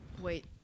Wait